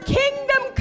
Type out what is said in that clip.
kingdom